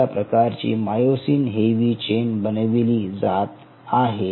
कुठल्या प्रकारची myosin heavy chain बनविली जात आहे